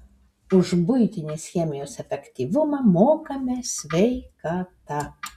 už buitinės chemijos efektyvumą mokame sveikata